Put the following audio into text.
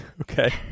Okay